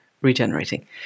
regenerating